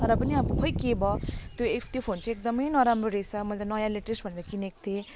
र पनि अब खै के भयो त्यो त्यो फोन चाहिँ एकदमै नराम्रो रहेछ मैले त नयाँ लेटेस्ट भनेर किनेको थिएँ